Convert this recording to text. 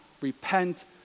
repent